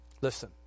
Listen